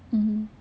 mmhmm